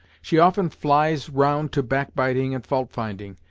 she often flies round to back biting and fault finding,